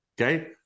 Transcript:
okay